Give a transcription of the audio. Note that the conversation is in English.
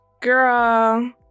Girl